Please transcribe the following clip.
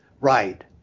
Right